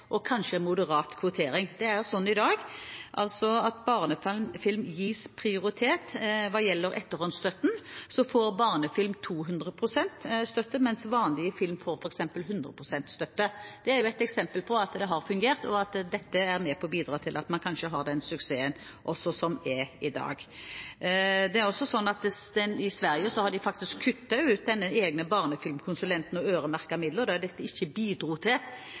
og kanskje moderat kvotering. I dag gis barnefilm prioritet. Når det gjelder etterhåndsstøtten, får barnefilm 200 pst. støtte, mens f.eks. vanlig film får 100 pst. støtte. Det er et eksempel på at det har fungert, og at dette kanskje er med på å bidra til at man har den suksessen man har i dag. I Sverige har man faktisk kuttet ut denne egne barnefilmkonsulenten og øremerkede midler da dette ikke bidro til